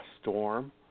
storm